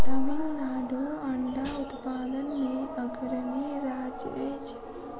तमिलनाडु अंडा उत्पादन मे अग्रणी राज्य अछि